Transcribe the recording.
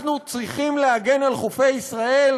אנחנו צריכים להגן על חופי ישראל,